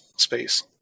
Space